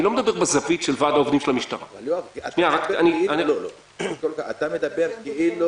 אני לא מדבר בזווית של ועד העובדים של המשטרה --- אתה מדבר כאילו